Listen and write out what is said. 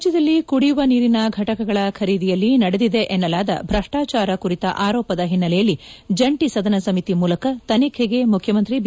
ರಾಜ್ಯದಲ್ಲಿ ಕುಡಿಯುವ ನೀರಿನ ಘಟಕಗಳ ಖರೀದಿಯಲ್ಲಿ ನಡೆದಿದೆ ಎನ್ನಲಾದ ಭ್ರಷ್ನಾಚಾರ ಕುರಿತ ಆರೋಪದ ಹಿನ್ನೆಲೆಯಲ್ಲಿ ಜಂಟಿ ಸದನ ಸಮಿತಿ ಮೂಲಕ ತನಿಖೆಗೆ ಮುಖ್ಯಮಂತ್ರಿ ಬಿ